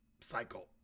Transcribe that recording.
cycle